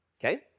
okay